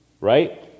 right